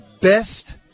best